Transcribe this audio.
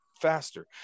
faster